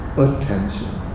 attention